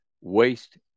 waste